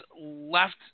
left